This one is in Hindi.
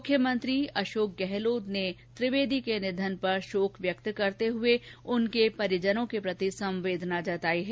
मुख्यमंत्री अशोक गहलोत ने त्रिवेदी के निधन पर शोक व्यक्त करते हुए उनके परिवार के प्रति संवेदना जताई है